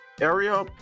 area